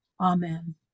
Amen